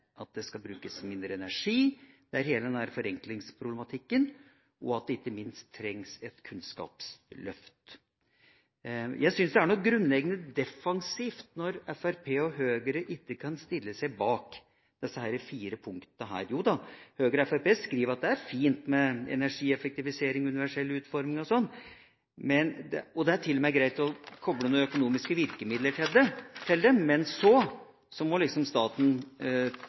kvalitet, det skal brukes mindre energi, det skal forenkles, og ikke minst trengs det et kunnskapsløft. Jeg syns det er noe grunnleggende defensivt når Fremskrittspartiet og Høyre ikke kan stille seg bak disse fire punktene. Jo da, Høyre og Fremskrittspartiet skriver at det er fint med energieffektivisering og universell utforming, og det er til og med greit å koble noen økonomiske virkemidler til det, men staten må allikevel ikke gå lenger enn som så. Den må